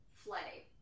flay